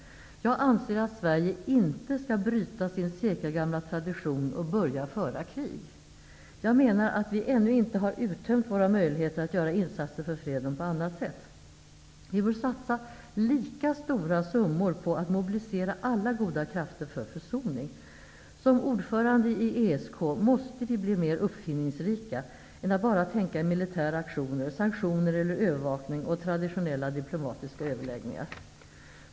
Jag anser att Sverige inte skall bryta sin sekelgamla tradition genom att börja föra krig. Jag menar att vi ännu inte uttömt våra möjligheter att göra insatser för freden på andra sätt. Vi bör satsa lika stora summor på att mobilisera alla goda krafter för försoning. Som ordförande i ESK måste vi bli mer uppfinningsrika än att bara tänka i militära aktioner, sanktioner eller övervakning och traditionella diplomatiska överläggningar.